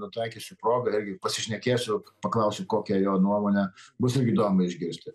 nutaikysiu progą irgi pasišnekėsiu paklausiu kokia jo nuomonė bus irgi įdomu išgirsti